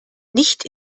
nicht